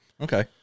okay